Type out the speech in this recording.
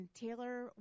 Taylor